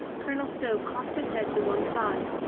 colonel stow cocked his head to one side.